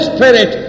Spirit